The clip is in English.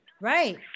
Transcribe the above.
right